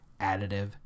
additive